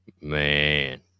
Man